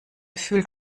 fühlt